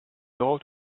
old